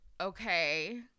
Okay